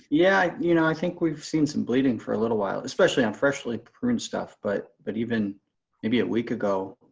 yeah, you know, i think we've seen some bleeding for a little while, especially on freshly pruned stuff, but but even maybe a week ago